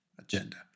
agenda